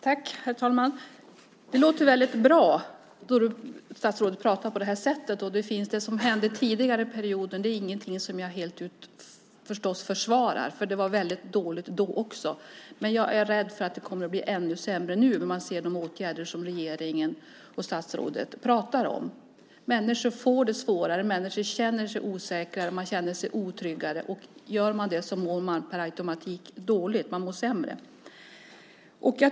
Herr talman! Det låter väldigt bra då statsrådet pratar på det här sättet. Det som hände under tidigare period är förstås inget som jag fullt ut försvarar. Det var väldigt dåligt också då. Men jag är rädd att det blir ännu sämre nu sett till de åtgärder som regeringen och statsrådet pratar om. Människor får det svårare. Människor känner sig osäkrare och otryggare. Gör man det mår man per automatik dåligt - man mår sämre.